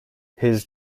his